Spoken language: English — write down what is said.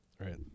right